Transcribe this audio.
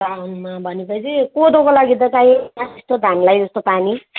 साउनमा भनेपछि कोदोको लागि त चाहिँदैन त्यो धानलाई जस्तो पानी